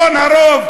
ששלטון הרוב,